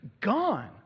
gone